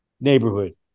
neighborhood